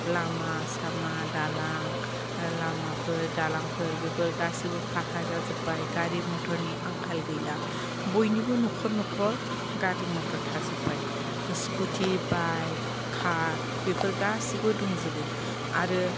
लामा सामा दालां लामाफोर दालांफोर बेफोर गासैबो फाखा जाजोब्बाय गारि मथरनि आंखाल गैया बयनिबो न'खर न'खर गारि मथर थाजोब्बाय स्कुटि बाइक कार बेफोर गासैबो दंजोबो आरो